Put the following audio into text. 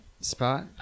spot